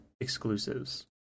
exclusives